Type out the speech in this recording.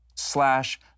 slash